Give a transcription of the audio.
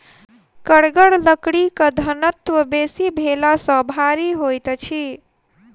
कड़गर लकड़ीक घनत्व बेसी भेला सॅ भारी होइत अछि